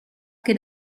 che